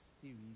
series